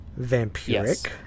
vampiric